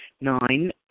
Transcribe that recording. Nine